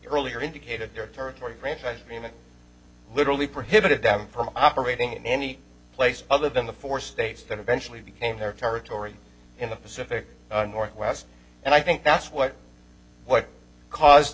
earlier indicated their territory great pleasure you know literally prohibited them from operating in any place other than the four states that eventually became their territory in the pacific northwest and i think that's what what caused the